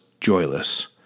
joyless